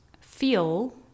feel